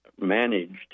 managed